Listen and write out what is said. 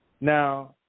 Now